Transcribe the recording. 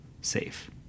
safe